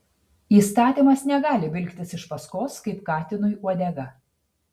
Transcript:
įstatymas negali vilktis iš paskos kaip katinui uodega